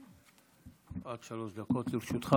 עד שלוש דקות לרשותך.